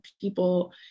people